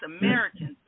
Americans